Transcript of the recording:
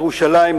ירושלים,